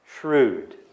shrewd